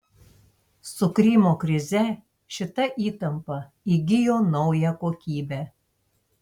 su krymo krize šita įtampa įgijo naują kokybę